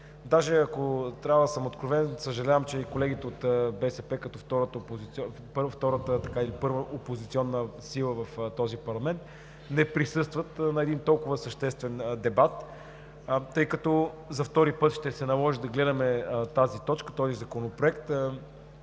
Ако трябва да съм откровен, съжалявам, че колегите от БСП като първа опозиционна сила в този парламент не присъстват на толкова съществен дебат. За втори път ще се наложи да гледаме този законопроект